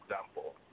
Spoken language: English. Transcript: example